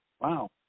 Wow